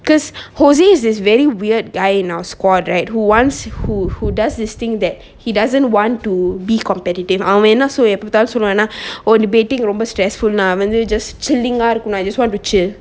because jose is this very weird guy in our squad right who wants who who does this thing that he doesn't want to be competitive அவன் என்ன சொல்~ எப்டிதான் சொல்வானா:avan enna sol~ epdithan solvana oh debating ரொம்ப:romba stressful நா வந்து:na vanthu just chilling ah இருக்கும் நா:irukkum na I just want to chill